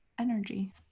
energy